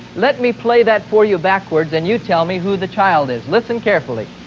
let me play that for you backwards and you tell me who the child is. listen carefully